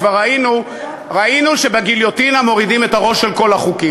כבר ראינו שבגיליוטינה מורידים את הראש של כל החוקים,